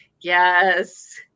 Yes